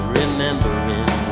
remembering